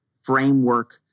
framework